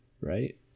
right